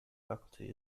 faculty